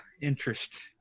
interest